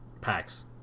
packs